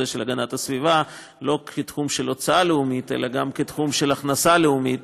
של הגנת הסביבה לא כתחום של הוצאה לאומית